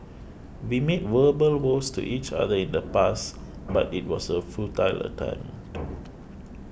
we made verbal vows to each other in the past but it was a futile attempt